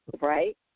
Right